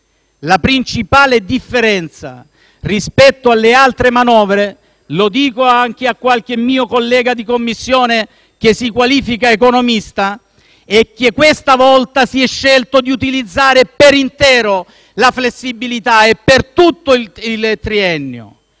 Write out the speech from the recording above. La principale differenza rispetto alle altre manovre - lo dico anche a qualche mio collega di Commissione che si qualifica economista - è che questa volta si è scelto di utilizzare per intero la flessibilità e per tutto il triennio;